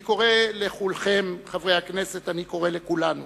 אני קורא לכולכם, חברי הכנסת, אני קורא לכולנו